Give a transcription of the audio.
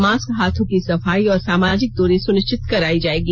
mask हाथों की सफाई और सामाजिक दृरी सुनिश्चित कराई जाएगी